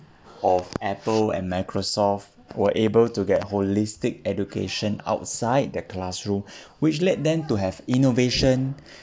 of Apple and Microsoft were able to get holistic education outside the classroom which led them to have innovation